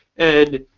and